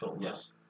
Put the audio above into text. Yes